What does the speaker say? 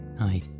Hi